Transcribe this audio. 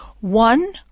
one